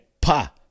pa